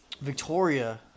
Victoria